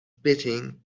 betting